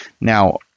Now